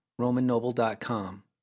RomanNoble.com